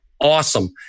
awesome